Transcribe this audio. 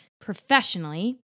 professionally